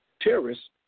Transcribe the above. terrorists